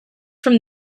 from